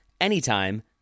anytime